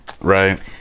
Right